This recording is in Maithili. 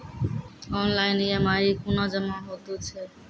ऑनलाइन ई.एम.आई कूना जमा हेतु छै?